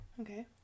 okay